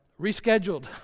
rescheduled